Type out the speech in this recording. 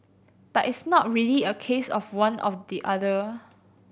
but it's not really a case of one of the other